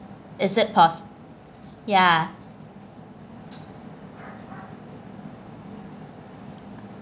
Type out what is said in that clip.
is it pos~ ya